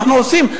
אנחנו עושים,